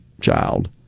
child